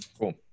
cool